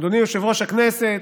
אדוני יושב-ראש הכנסת,